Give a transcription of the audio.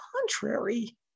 contrary